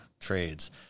trades